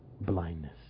blindness